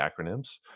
acronyms